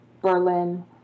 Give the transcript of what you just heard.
Berlin